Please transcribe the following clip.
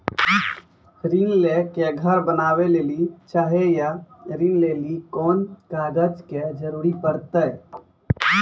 ऋण ले के घर बनावे लेली चाहे या ऋण लेली कोन कागज के जरूरी परतै?